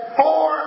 four